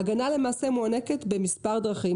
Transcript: ההגנה למעשה מוענקת במספר דרכים.